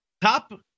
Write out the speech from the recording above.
top